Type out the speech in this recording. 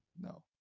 No